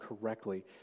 correctly